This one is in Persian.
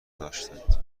داشتند